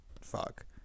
fuck